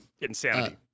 insanity